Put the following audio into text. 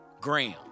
Graham